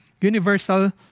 universal